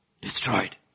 Destroyed